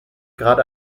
gerade